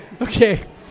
Okay